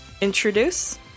introduce